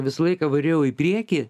visą laiką variau į priekį